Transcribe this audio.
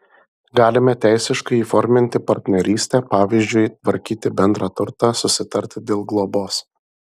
galime teisiškai įforminti partnerystę pavyzdžiui tvarkyti bendrą turtą susitarti dėl globos